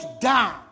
down